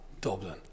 Dublin